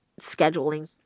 scheduling